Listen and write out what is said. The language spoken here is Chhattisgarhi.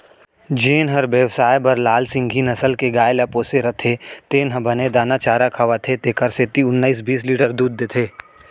जेन हर बेवसाय बर लाल सिंघी नसल के गाय ल पोसे रथे तेन ह बने दाना चारा खवाथे तेकर सेती ओन्नाइस बीस लीटर दूद देथे